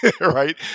right